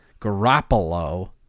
Garoppolo